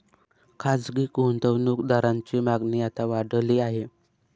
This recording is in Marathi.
खासगी गुंतवणूक दारांची मागणी आता वाढली आहे